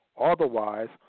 otherwise